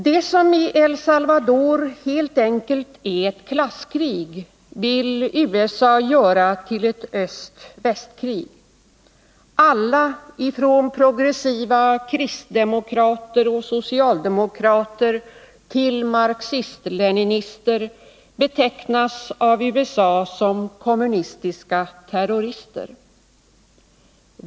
Det som i El Salvador helt enkelt är ett klasskrig vill USA göra till ett öst-väst-krig. Alla, ifrån progressiva kristdemokrater och socialdemokrater till marxist-leninister, betecknas av USA som kommunistiska terrorister.